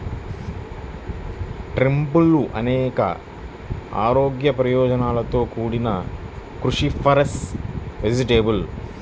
టర్నిప్లు అనేక ఆరోగ్య ప్రయోజనాలతో కూడిన క్రూసిఫరస్ వెజిటేబుల్